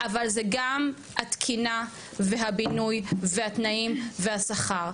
אבל זה גם התקינה והבינוי והתנאים והשכר,